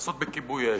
לעסוק בכיבוי האש.